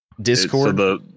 discord